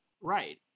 Right